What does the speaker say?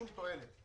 שום תועלת.